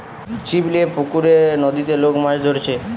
ছিপ লিয়ে পুকুরে, নদীতে লোক মাছ ধরছে